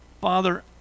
Father